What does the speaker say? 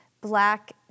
Black